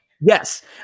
Yes